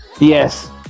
Yes